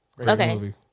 Okay